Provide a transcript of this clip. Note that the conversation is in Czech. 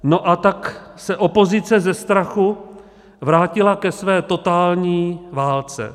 No a tak se opozice ze strachu vrátila ke své totální válce.